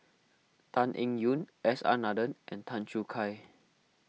Tan Eng Yoon S R Nathan and Tan Choo Kai